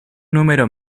número